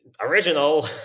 original